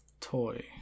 toy